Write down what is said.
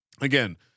Again